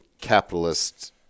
capitalist